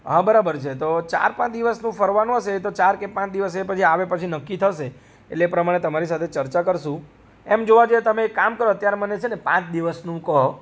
હા બરાબર છે તો ચાર પાંચ દિવસનું ફરવાનું હશે તો ચાર કે પાંચ દિવસે એ પછી આવે પછી નક્કી થશે એટલે એ પ્રમાણે તમારી સાથે ચર્ચા કરશું એમ જોવા જઈ તો તમે એક કામ કરો અત્યારે મને છેને પાંચ દિવસનું કો